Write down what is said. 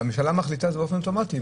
הממשלה מחליטה באופן אוטומטי,